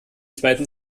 zweiten